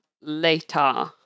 later